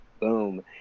boom